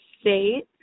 State